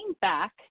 back